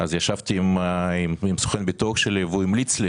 אז ישבתי עם סוכן ביטוח שלי והוא המליץ לי